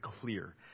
clear